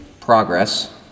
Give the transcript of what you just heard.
progress